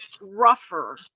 rougher